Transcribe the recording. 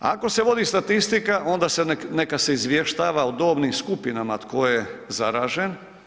Ako se vodi statistika onda se, nek, neka se izvještava o dobnim skupinama tko je zaražen.